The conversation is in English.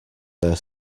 their